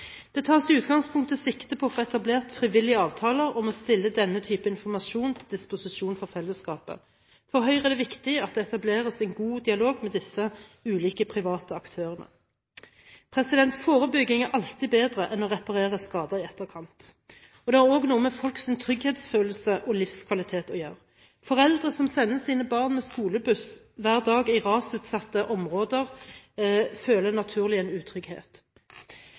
Det tas i utgangspunktet sikte på å få etablert frivillige avtaler om å stille denne type informasjon til disposisjon for fellesskapet. For Høyre er det viktig at det etableres en god dialog med disse ulike private aktørene. Forebygging er alltid bedre enn å reparere skader i etterkant – det har også noe med folks trygghetsfølelse og livskvalitet å gjøre. Foreldre som sender sine barn med skolebuss hver dag i rasutsatte områder, føler naturlig nok en utrygghet.